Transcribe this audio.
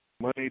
money